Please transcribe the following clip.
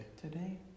Today